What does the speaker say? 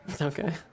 okay